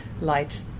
light